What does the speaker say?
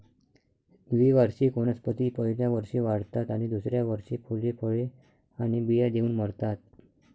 द्विवार्षिक वनस्पती पहिल्या वर्षी वाढतात आणि दुसऱ्या वर्षी फुले, फळे आणि बिया देऊन मरतात